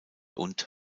und